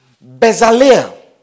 Bezaleel